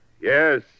Yes